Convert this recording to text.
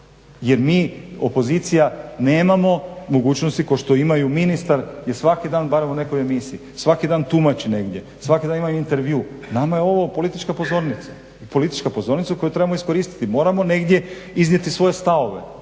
jer mi opozicija nemamo mogućnosti kao što ima ministar je svaki dan barem u nekoj emisiji, svaki dan tumači negdje, svaki dan ima intervju. Nama je ovo politička pozornica i politička pozornica koji trebamo iskoristiti i moramo negdje iznijeti svoje stavove.